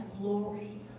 glory